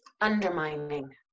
Undermining